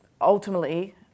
ultimately